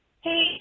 hey